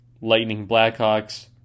Lightning-Blackhawks